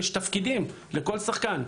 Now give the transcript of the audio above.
יש תפקידים לכל שחקן.